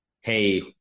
hey